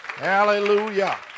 Hallelujah